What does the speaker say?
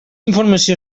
informació